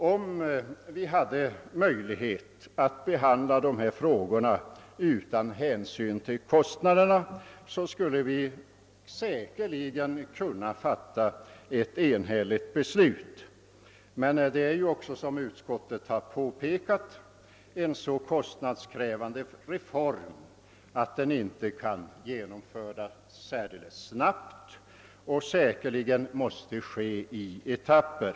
Om vi hade möjlighet att behandla dessa frågor utan hänsyn till kostnaderna, skulle vi säkerligen kunna fatta ett enhälligt beslut, men det gäller ju också här — som utskottet har påpekat — en så kostnadskrävande reform att den inte kan genomföras särdeles snabbt och säkerligen måste ske i etapper.